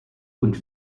und